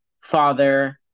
father